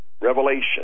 Revelation